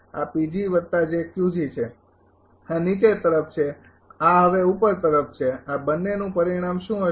આ છે આ નીચે તરફ છે આ હવે ઉપર તરફ છે આ બંનેનું પરિણામ શું હશે